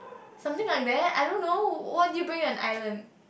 something like that I don't know what do you bring on island